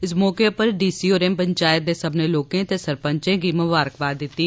इस मौके उप्पर डीसी होरें पंचायत दे सब्बने लोकें ते सरपंच गी मुबारकबाद दित्ती